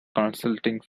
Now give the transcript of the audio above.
consulting